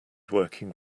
working